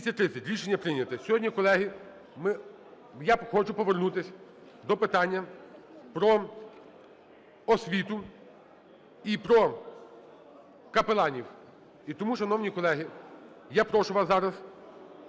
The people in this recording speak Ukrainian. Рішення прийнято. Сьогодні, колеги, ми… Я хочу повернутися до питання про освіту і про капеланів. І тому, шановні колеги, я прошу вас зараз